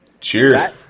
Cheers